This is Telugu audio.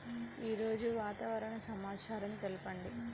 ఈరోజు వాతావరణ సమాచారం తెలుపండి